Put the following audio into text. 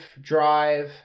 drive